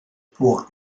pour